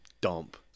dump